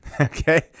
Okay